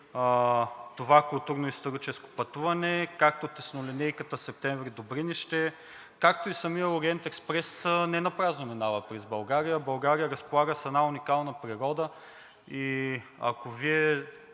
това културно-историческо пътуване, както теснолинейката Септември – Добринище, както и самият Ориент експрес ненапразно минава през България. България разполага с една уникална природа. За